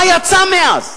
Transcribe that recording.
מה יצא מאז?